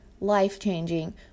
life-changing